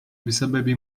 بسبب